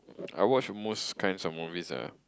I watch most kinds of movies ah